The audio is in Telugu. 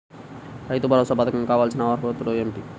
రైతు భరోసా పధకం కు కావాల్సిన అర్హతలు ఏమిటి?